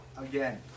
again